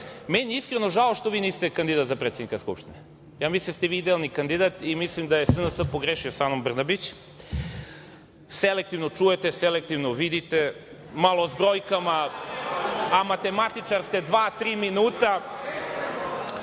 Meni je iskreno žao što vi niste kandidat za predsednika Skupštine. Mislim da ste vi idealni kandidat, i mislim da je SNS pogrešio sa Anom Brnabić, selektivno čujete, selektivno vidite, malo sa brojkama, a matematičar ste, dva tri minuta.